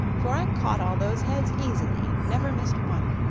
for i caught all those heads easily and never missed one.